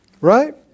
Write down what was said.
Right